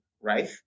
right